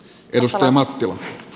jos ala käsittelyyn